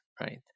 right